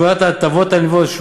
אף שהתגמול המוגדל גבוה יותר ואף